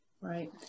Right